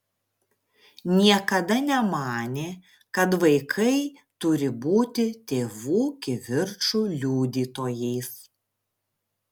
niekada nemanė kad vaikai turi būti tėvų kivirčų liudytojais